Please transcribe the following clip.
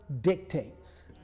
dictates